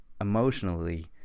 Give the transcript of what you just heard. emotionally